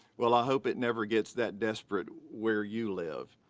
well i hope it never gets that desperate where you live.